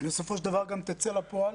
בסופו של דבר גם תצא אל הפועל.